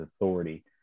authority